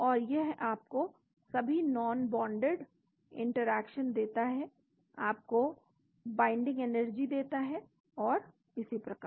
और यह आपको सभी नॉनबोंडेड इंटरेक्शन देता है आपको बाइंडिंग एनर्जी देता है और इसी प्रकार